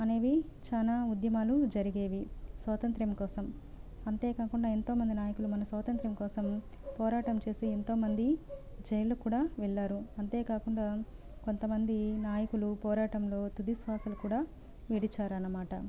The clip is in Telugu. అనేవి చాలా ఉద్యమాలు జరిగేవి స్వాతంత్య్రం కోసం అంతే కాకుండా ఎంతోమంది నాయకులు మన స్వాతంత్య్రం కోసం పోరాటం చేసి ఎంతోమంది జైళ్ళకు కూడా వెళ్ళారు అంతే కాకుండా కొంతమంది నాయకులు పోరాటంలో తుది శ్వాసను కూడా విడిచారన్నమాట